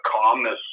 calmness